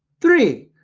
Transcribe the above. three,